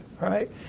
right